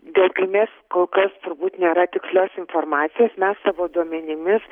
dėl kilmės kol kas turbūt nėra tikslios informacijos mes savo duomenimis